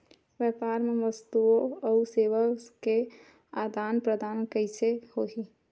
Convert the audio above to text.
व्यापार मा वस्तुओ अउ सेवा के आदान प्रदान कइसे होही?